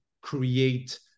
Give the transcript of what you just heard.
create